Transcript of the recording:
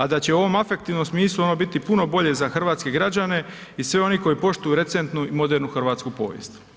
A da će u ovom afektivnom smislu ono biti puno bolje za hrvatske građane i sve one koji poštuju recentnu i modernu hrvatsku povijest.